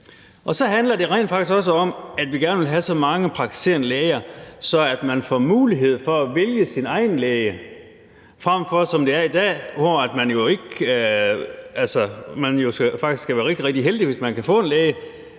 Og så handler det rent faktisk også om, at vi gerne vil have så mange praktiserende læger, at man får mulighed for at vælge sin egen læge, frem for som det er i dag, hvor man jo faktisk skal være rigtig, rigtig heldig, hvis man kan få en læge,